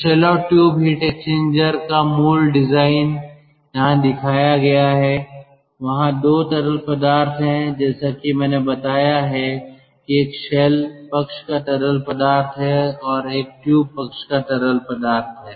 तो शेल और tube heat exchanger का मूल डिज़ाइन यहाँ दिखाया गया है वहाँ 2 तरल पदार्थ हैं जैसा कि मैंने बताया है कि एक शेल पक्ष का तरल पदार्थ है और एक ट्यूब पक्ष का तरल पदार्थ है